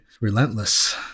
relentless